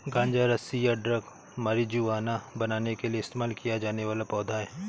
गांजा रस्सी या ड्रग मारिजुआना बनाने के लिए इस्तेमाल किया जाने वाला पौधा है